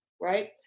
right